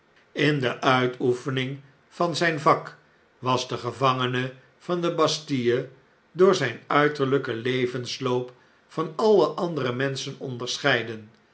in de uitoefening van zgn vak was de gevangene van de bastille door zijn uiterljjken levensloop van alle andere menschen onderscheiden